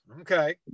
Okay